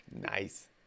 Nice